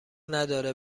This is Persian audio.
نداره